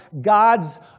God's